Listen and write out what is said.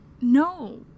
No